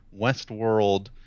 Westworld